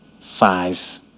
five